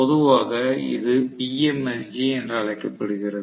பொதுவாக இது PMSG என அழைக்கப்படுகிறது